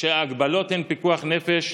היא שההגבלות הן פיקוח נפש,